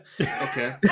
Okay